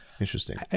Interesting